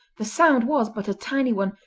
the sound was but a tiny one,